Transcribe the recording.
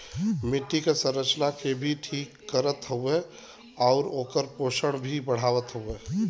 मट्टी क संरचना के भी ठीक करत हउवे आउर ओकर पोषण भी बढ़ावत हउवे